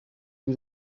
b’i